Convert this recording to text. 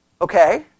okay